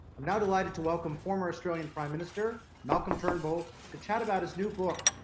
i'm now delighted to welcome former australian prime minister, malcolm turnbull, to chat about his new book,